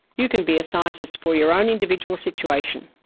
you can be a scientist for your own individual situation.